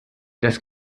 das